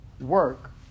work